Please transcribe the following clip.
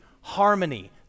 harmony